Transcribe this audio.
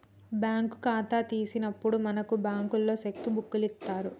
bank ఖాతా తీసినప్పుడే మనకు బంకులోల్లు సెక్కు బుక్కులిత్తరు